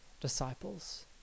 disciples